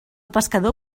pescador